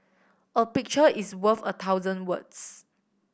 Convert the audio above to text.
a picture is worth a thousand words